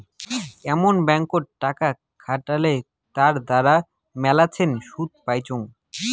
এমন ব্যাঙ্কত টাকা খাটালে তার দ্বারা মেলাছেন শুধ পাইচুঙ